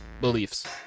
beliefs